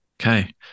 Okay